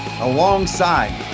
alongside